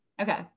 Okay